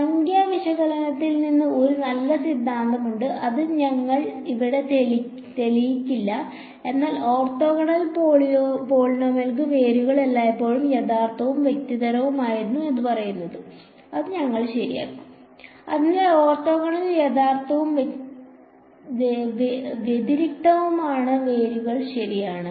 സംഖ്യാ വിശകലനത്തിൽ നിന്ന് ഒരു നല്ല സിദ്ധാന്തമുണ്ട് അത് ഞങ്ങൾ ഇവിടെ തെളിയിക്കില്ല എന്നാൽ ഓർത്തോഗണൽ പോളിനോമിയലുകൾക്ക് വേരുകൾ എല്ലായ്പ്പോഴും യഥാർത്ഥവും വ്യതിരിക്തവുമാണെന്ന് അത് പറയുന്നു ഞങ്ങൾ അത് ശരിയാക്കും അതിനാൽ ഓർത്തോഗണൽ യഥാർത്ഥവും വ്യതിരിക്തവുമായ വേരുകൾക്ക് ശരിയാണ്